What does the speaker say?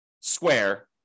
square